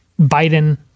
Biden